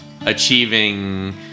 achieving